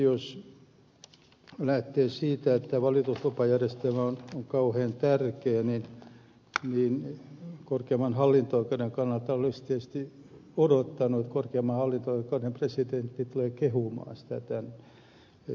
jos lähtee siitä että valituslupajärjestelmä on kauhean tärkeä korkeimman hallinto oikeuden kannalta niin olisi tietysti odottanut että korkeimman hallinto oikeuden presidentti tulee kehumaan sitä tänne